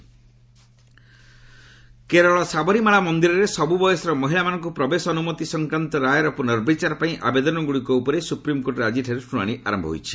SC Sabarimala Kerala Sabarimala ମନ୍ଦିରରେ ସବୁ ବୟସର ମହିଳାମାନଙ୍କୁ ପ୍ରବେଶ ଅନ୍ତମତି ସଂକ୍ରାନ୍ତ ରାୟର ପ୍ରନର୍ବିଚାର ପାଇଁ ଆବେଦନଗ୍ରଡ଼ିକ ଉପରେ ସୁପ୍ରିମ୍କୋର୍ଟରେ ଆଜିଠାରୁ ଶୁଣାଣି ଆରମ୍ଭ ହୋଇଛି